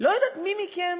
לא יודעת מי מכם